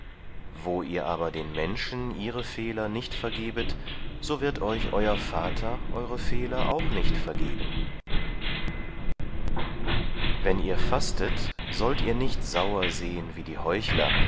wo ihr aber den menschen ihre fehler nicht vergebet so wird euch euer vater eure fehler auch nicht vergeben wenn ihr fastet sollt ihr nicht sauer sehen wie die heuchler